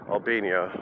Albania